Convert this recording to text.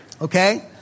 Okay